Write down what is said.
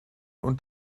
und